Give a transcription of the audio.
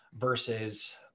versus